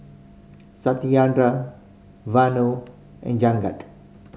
Satyendra Vanu and Jagat